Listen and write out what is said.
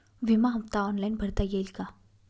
विमा हफ्ता ऑनलाईन भरता येईल का?